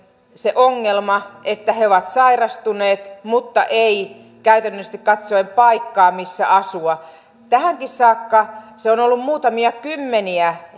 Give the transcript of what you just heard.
se ongelma että he ovat sairastuneet mutta ei käytännöllisesti katsoen paikkaa missä asua tähänkin saakka se on ollut muutamia kymmeniä